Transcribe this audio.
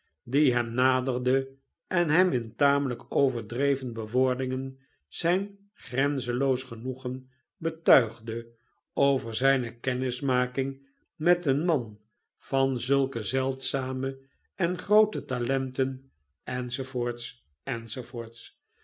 die hem naderde en hem in tamelijk overdreven bewoordingen zijn grenzenloos genoegen betuigdeover zijne kennismaking met een man van zulke zeldzame en groote talenten